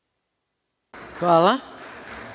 Hvala.